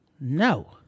no